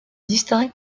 distingue